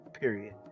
period